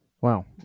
Wow